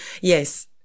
Yes